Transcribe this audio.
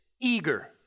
eager